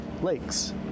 lakes